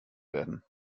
werden